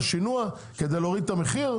את הבעיה של השינוע כדי להוריד את המחיר?